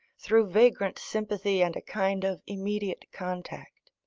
through vagrant sympathy and a kind of immediate contact.